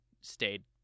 stayed